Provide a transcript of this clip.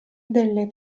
delle